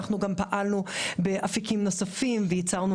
אנחנו גם פעלנו באפיקים נוספים וייצרנו